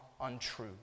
untrue